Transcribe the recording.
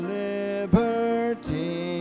liberty